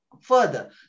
further